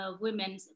women